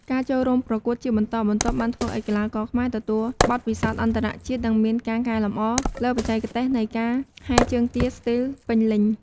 ការចូលរួមប្រកួតជាបន្តបន្ទាប់បានធ្វើឱ្យកីឡាករខ្មែរទទួលបទពិសោធន៍អន្ដរជាតិ និងមានការកែលម្អលើបច្ចេកទេសនៃការហែលជើងទាស្ទើរពេញលេញ។